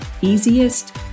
easiest